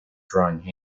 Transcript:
drawing